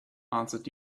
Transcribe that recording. answered